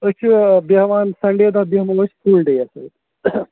أسۍ چھِ بیٚہوان سَنٛڈے دۄہ بیٚہمَو أسۍ فُل ڈیٚے ہسٕے